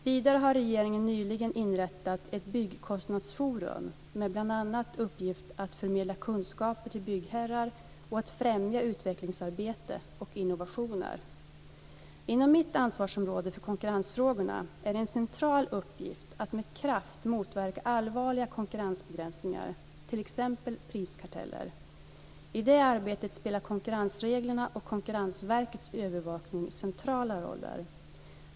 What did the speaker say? Vidare har regeringen nyligen inrättat ett byggkostnadsforum med uppgift att bl.a. förmedla kunskaper till byggherrar och främja utvecklingsarbete och innovationer. En central uppgift i mitt ansvar för konkurrensfrågorna är att med kraft motverka allvarliga konkurrensbegränsningar, t.ex. priskarteller. I det arbetet spelar konkurrensreglerna och Konkurrensverkets övervakning centrala roller.